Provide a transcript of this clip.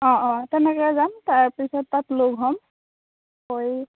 অ' অ' তেনেকৈ যাম তাৰপিছত তাত লগ হ'ম হৈ